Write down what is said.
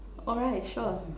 alright sure